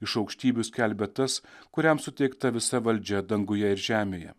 iš aukštybių skelbia tas kuriam suteikta visa valdžia danguje ir žemėje